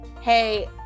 hey